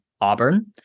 auburn